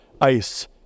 ice